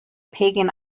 pagan